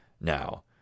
now